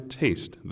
taste